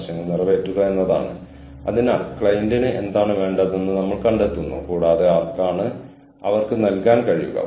എങ്കിൽ മാത്രമേ ഇവിടെ ഇരുന്നു സംസാരിക്കാനുള്ള യോഗ്യതയും പര്യാപ്തതയും എനിക്കുണ്ടാകൂ